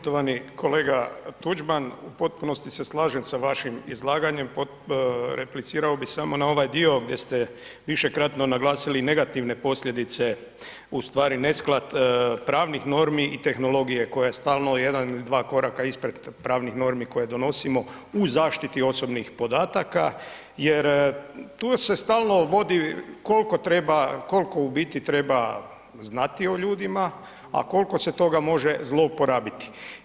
Poštovani kolega Tuđman u potpunosti se slažem sa vašim izlaganjem, replicirao bih samo na ovaj dio gdje ste višekratno naglasili negativne posljedice u stvari nesklad pravnih normi i tehnologije koja je stalno jedan ili dva koraka ispred pravnih normi koje donosimo u zaštiti osobnih podataka jer tu se stalno vodi kolko treba, kolko u biti treba znati o ljudima, a kolko se toga može zlouporabiti.